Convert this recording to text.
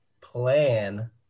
Plan